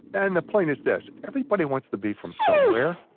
and the point is this everybody wants to be from somewhere.